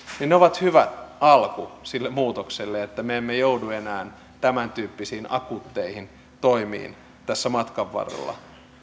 niin ne ovat hyvä alku sille muutokselle että me emme joudu enää tämäntyyppisiin akuutteihin toimiin tässä matkan varrella